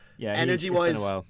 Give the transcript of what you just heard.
energy-wise